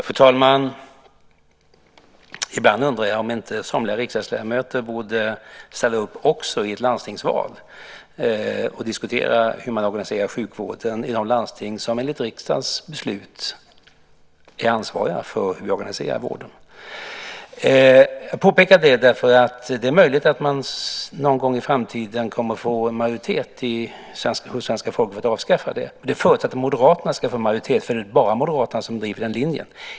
Fru talman! Ibland undrar jag om inte somliga riksdagsledamöter borde ställa upp också i ett landstingsval och diskutera hur man organiserar sjukvården i de landsting som enligt riksdagens beslut är ansvariga för hur vi organiserar vården. Jag påpekar det därför att det är möjligt att man någon gång i framtiden kommer att få en majoritet hos svenska folket för att avskaffa landstingen. Det förutsätter att Moderaterna ska få majoritet, för det är bara Moderaterna som driver den linjen.